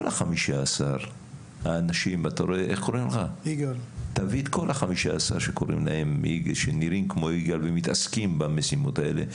15 האנשים שנראים כמו יגאל ומתעסקים במשימות האלה,